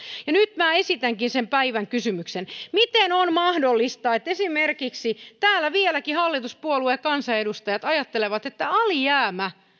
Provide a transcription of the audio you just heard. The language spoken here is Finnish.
ja nyt minä esitänkin sen päivän kysymyksen miten on mahdollista että täällä vieläkin hallituspuolueen kansanedustajat ajattelevat esimerkiksi että alijäämä